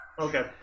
okay